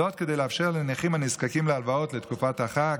וזאת כדי לאפשר זמן התארגנות לנכים הנזקקים להלוואות לתקופת החג,